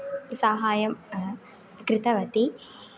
साहाय्यं कृतवती